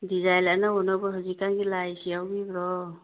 design ꯑꯅꯧ ꯑꯅꯧꯕ ꯍꯧꯖꯤꯛ ꯀꯥꯟꯒꯤ ꯂꯥꯛꯏꯁꯦ ꯌꯥꯎꯕꯤꯕ꯭ꯔꯣ